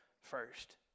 first